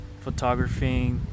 photography